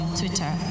twitter